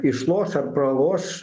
išlos ar praloš